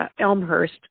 Elmhurst